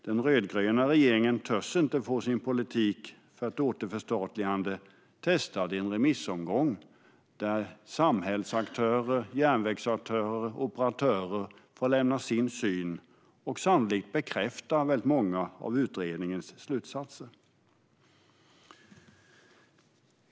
Den rödgröna regeringen törs inte få sin politik för ett återförstatligande testad i en remissomgång, där samhällsaktörer, järnvägsaktörer och operatörer får lämna sin syn på och sannolikt bekräfta många av utredningens slutsatser.